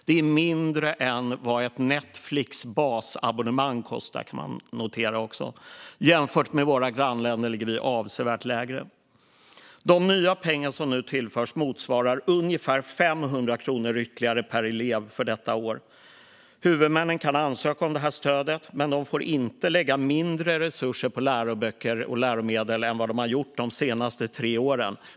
Det är mindre än vad ett basabonnemang på Netflix kostar. Jämfört med våra grannländer ligger vi avsevärt lägre. De nya pengar som nu tillförs motsvarar ungefär 500 kronor ytterligare per elev för detta år. Huvudmännen kan ansöka om detta stöd, men de får inte lägga mindre resurser på läroböcker och läromedel än de gjort de senaste tre åren.